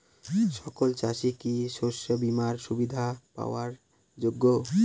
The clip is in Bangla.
সকল চাষি কি শস্য বিমার সুবিধা পাওয়ার যোগ্য?